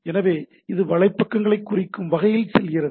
எனவே இது வலைப்பக்கங்களைக் குறிக்கும் வகையில் செல்கிறது